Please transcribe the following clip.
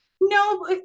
no